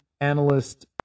analyst